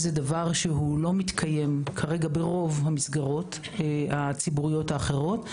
זה דבר שהוא לא מתקיים כרגע ברוב המסגרות הציבוריות האחרות.